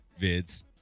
vids